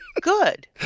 Good